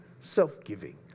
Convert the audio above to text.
self-giving